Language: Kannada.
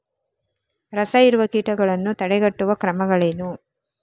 ರಸಹೀರುವ ಕೀಟಗಳನ್ನು ತಡೆಗಟ್ಟುವ ಕ್ರಮಗಳೇನು?